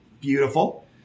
beautiful